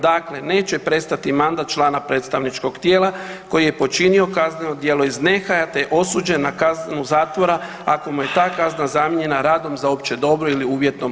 Dakle, neće prestati mandat člana predstavničkog tijela koji je počinio kazneno djelo iz nehaja, te je osuđen na kaznu zatvora ako mu je ta kazna zamijenjena radom za opće dobro ili uvjetnom osudom.